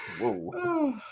Whoa